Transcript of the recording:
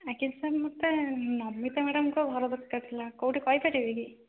ଆଜ୍ଞା ସାର୍ ମୋତେ ନମିତା ମ୍ୟାଡାମଙ୍କ ଘର ଦରକାର ଥିଲା କୋଉଠି କହିପାରିବେ କି